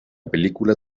película